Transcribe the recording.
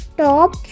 top